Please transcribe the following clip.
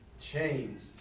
Changed